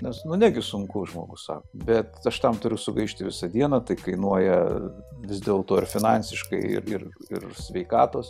nes nu negi sunku žmogus sako bet aš tam turiu sugaišti visą dieną tai kainuoja vis dėl to ir finansiškai ir ir ir sveikatos